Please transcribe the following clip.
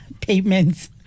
payments